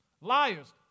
Liars